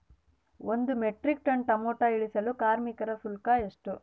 ಒಂದು metric ton tomato ಇಳಿಸಲು ಕಾರ್ಮಿಕರ ಶುಲ್ಕ ಎಷ್ಟು?